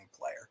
player